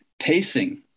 Pacing